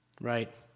Right